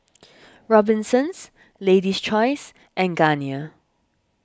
Robinsons Lady's Choice and Garnier